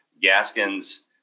Gaskins